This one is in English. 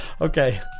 Okay